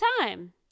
time